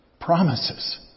promises